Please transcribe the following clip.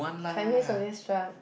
Chinese orchestra